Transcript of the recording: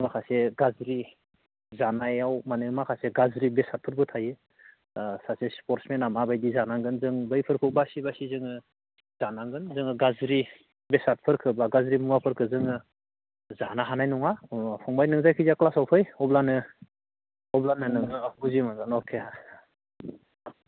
माखासे गाज्रि जानायाव माने माखासे गाज्रि बेसादफोरबो थायो सासे स्पर्त्स मेना माबायदि जानांगोन जों बैफोरखौ बासि बासि जोङो जानांगोन जोङो गाज्रि बेसादफोरखौ बा गाज्रि मुवाफोरखौ जोङो जानो हानाय नङा ओम फंबाय नों जायखिजाया क्लासाव फै अब्लानो अब्लानो नोङो बुजि मोनगोन अके